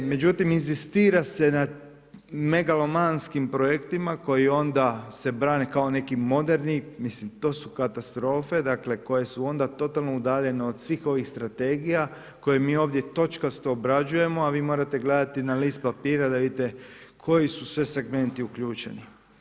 međutim, inzistira se na megalomanskim projektima koji onda se brane kao neki moderni, mislim to su katastrofe dakle koje su onda totalno udaljene od svih ovih strategija koje mi ovdje točkasto obrađujemo a vi morate gledati na list papira da vidite koji su sve segmenti uključeni.